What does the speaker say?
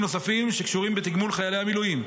נוספים שקשורים בתגמול חיילי המילואים,